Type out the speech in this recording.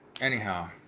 anyhow